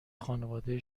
خانواده